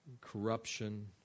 corruption